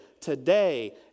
today